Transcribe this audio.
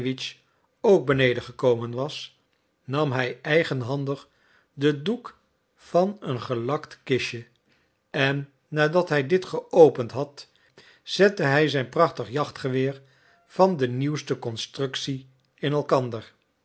ook beneden gekomen was nam hij eigenhandig den doek van een gelakt kistje en nadat hij dit geopend had zette hij zijn prachtig jachtgeweer van de nieuwste constructie in elkander